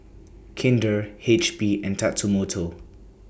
Kinder H P and Tatsumoto